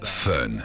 fun